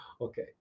Okay